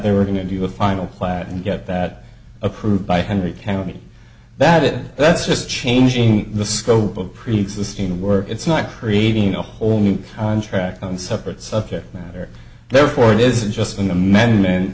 they were going to do a final plat and get that approved by henry county that it that's just changing the scope of preexisting work it's not creating a whole new contract on separate subject matter therefore it isn't just in the men men